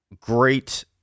great